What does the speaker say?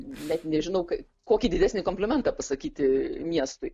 net nežinau kaip kokį didesnį komplimentą pasakyti miestui